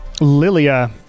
Lilia